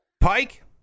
Pike